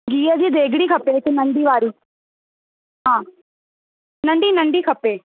गिहु जी देॻिड़ी खपे हिक नंढी वारी हा नंढी नंढी खपे